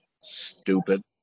stupid